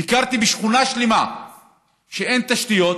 ביקרתי בשכונה שלמה שאין בה תשתיות,